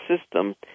system